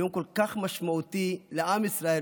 יום כל כך משמעותי לעם ישראל,